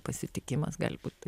pasitikimas gali būti